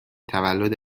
تولد